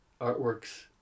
artworks